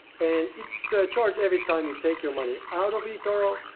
and it's charged every time you take your money out of etoro,